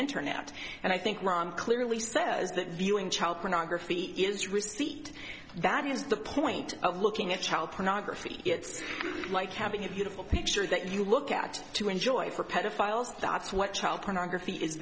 internet and i think clearly says that viewing child pornography is receipt that is the point of looking at child pornography it's like having a beautiful picture that you look at to enjoy for pedophiles that's what child pornography is